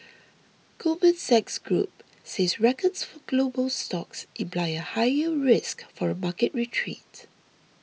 Goldman Sachs Group says records for global stocks imply a higher risk for a market retreat